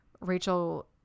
Rachel